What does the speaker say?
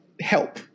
help